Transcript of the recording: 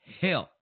help